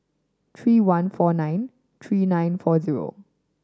three one four nine three nine four zero